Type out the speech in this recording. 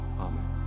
Amen